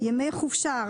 ימי חופשה,